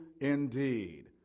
indeed